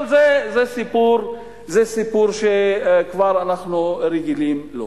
אבל זה סיפור שאנחנו כבר רגילים אליו.